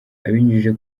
abinyujije